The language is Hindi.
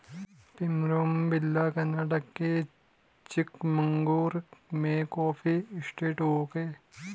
प्रिमरोज़ विला कर्नाटक के चिकमगलूर में कॉफी एस्टेट वॉक हैं